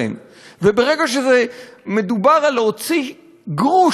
הפתרון לזה הוא ביטוח סיעודי במסגרת הסל.